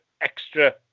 extra